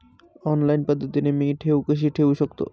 Online पद्धतीने मी ठेव कशी ठेवू शकतो?